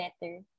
better